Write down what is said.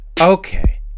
okay